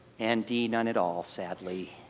and d, none at all, sadly.